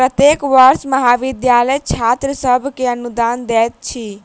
प्रत्येक वर्ष महाविद्यालय छात्र सभ के अनुदान दैत अछि